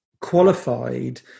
qualified